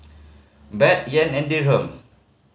Baht Yen and Dirham